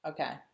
Okay